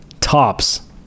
Tops